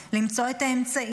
למצוא את האמצעים,